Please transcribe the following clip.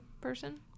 person